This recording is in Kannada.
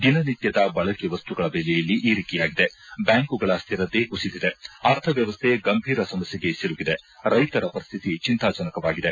ದಿನ ನಿತ್ಯದ ಬಳಕೆ ವಸ್ತುಗಳ ಬೆಲೆಯಲ್ಲಿ ಏರಿಕೆಯಾಗಿದೆ ಬ್ಯಾಂಕುಗಳ ಸ್ಥಿರತೆ ಕುಸಿದಿದೆ ಅರ್ಥವ್ಯವಸ್ಥೆ ಗಂಭೀರ ಸಮಸ್ಥೆಗೆ ಸಿಲುಕಿದೆ ರೈತರ ಪರಿಶ್ಥಿತಿ ಚಿಂತಾಜನಕವಾಗಿದೆ